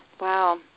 Wow